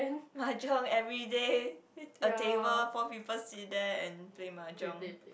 mahjong everyday a table four people sit there and play mahjong